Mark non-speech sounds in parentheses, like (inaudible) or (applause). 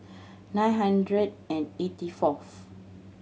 (noise) nine hundred and eighty fourth